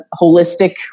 holistic